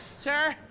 sir,